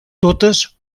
totes